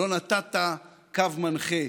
לא נתת קו מנחה,